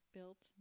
Built